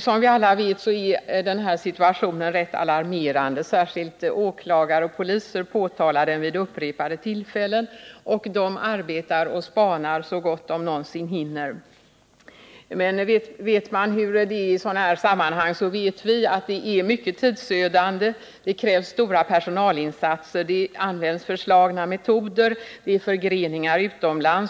Som vi alla vet är situationen rätt alarmerande. Särskilt åklagare och poliser har vid upprepade tillfällen påtalat förhållandena. Man arbetar med spaning m.m. så mycket man hinner. Vi vet emellertid att arbetet är mycket tidsödande och kräver stora personalinsatser. Narkotikabrottslingarna använder förslagna metoder, och det finns förgreningar utomlands.